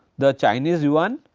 the chinese yuan,